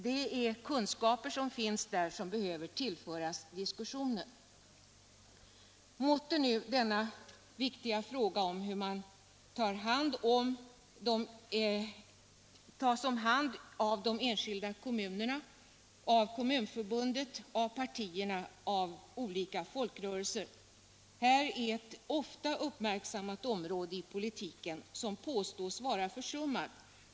Det finns kunskaper där som behöver tillföras debatten. ; Måtte nu denna viktiga fråga tas om hand av de enskilda kommunerna, av Kommunförbundet, av partierna och av olika folkrörelser. Här är ett ofta uppmärksammat område inom politiken som påstås vara försummat.